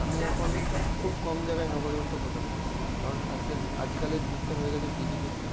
আমি এখন খুব কম জায়গায় নগদ অর্থ প্রদান করি কারণ আজ কাজ আজকালের যুগটা হয়ে গেছে ডিজিটাল যুগ